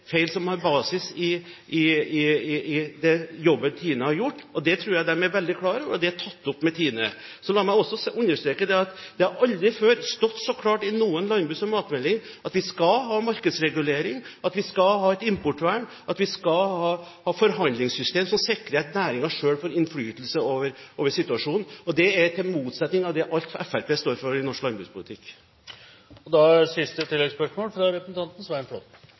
som har basis i den jobben TINE har gjort, og det tror jeg de er veldig klar over, og det er tatt opp med TINE. Så la meg også understreke at det aldri før har stått så klart i noen landbruks- og matmelding at vi skal ha markedsregulering, at vi skal ha et importvern, at vi skal ha forhandlingssystem som sikrer at næringen selv får innflytelse over situasjonen. Det er i motsetning til alt Fremskrittspartiet står for i norsk landbrukspolitikk.